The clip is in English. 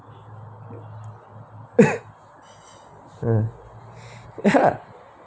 uh ya